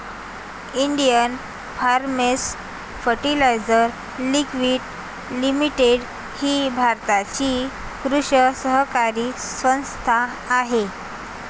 Indian farmers fertiliser quality limited ही भारताची कृषी सहकारी संस्था आहे